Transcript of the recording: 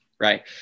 Right